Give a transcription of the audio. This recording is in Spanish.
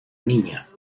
niña